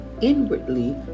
inwardly